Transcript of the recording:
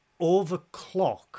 overclock